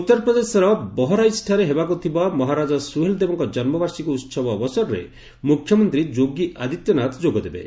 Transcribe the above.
ଉତ୍ତର ପ୍ରଦେଶର ବହରାଇଚଠାରେ ହେବାକୁ ଥିବା ମହାରାଜା ସୁହେଲ୍ଦେବଙ୍କ ଜନ୍କବାର୍ଷିକୀ ଉତ୍ସବ ଅବସରରେ ମୁଖ୍ୟମନ୍ତ୍ରୀ ଯୋଗୀ ଆଦିତ୍ୟନାଥ ଯୋଗଦେବେ